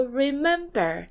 remember